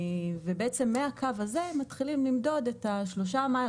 ובעצם מהקו הזה מתחילים למדוד את ה-3 מייל